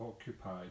occupied